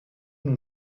nous